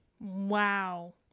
Wow